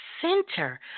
center